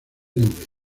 nubes